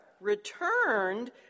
returned